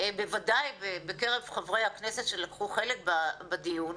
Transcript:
בוודאי בקרב חברי הכנסת שלקחו חלק בדיון,